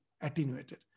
attenuated